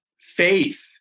faith